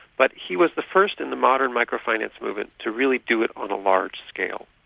but he was the first in the modern microfinance movement to really do it on a large scale.